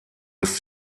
ist